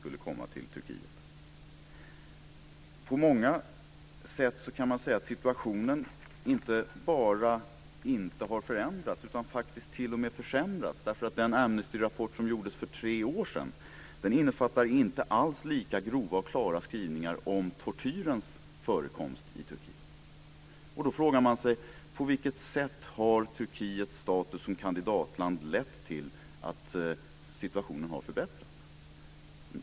Situationen har inte bara inte förändrats utan har t.o.m. försämrats. Den Amnestyrapport som lades fram för tre år sedan innefattar inte lika grova och klara skrivningar om förekomsten av tortyr i Turkiet. På vilket sätt har Turkiets status som kandidatland lett till att situationen har förbättrats?